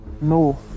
no